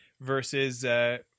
versus